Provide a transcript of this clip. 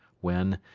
when,